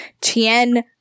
Tien